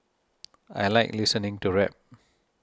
I like listening to rap